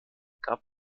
gab